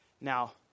Now